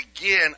again